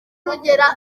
rugera